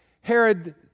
Herod